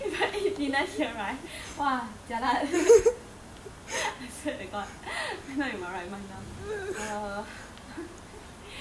eh if I eat dinner here right !wah! jialat I swear to god I'm not in my right mind right now